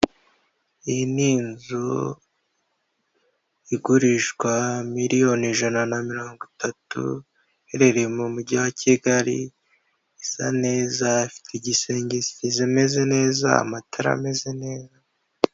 Iyi ni inzu igurishwa miliyoni ijana na mirongo itatu. Iherereye mu mujyi wa Kigali, isaneza ifite igisenge kimeze neza, amatara ameze neza.